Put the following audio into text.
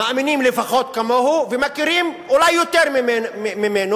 מאמינים לפחות כמוהו ומכירים אולי יותר ממנו,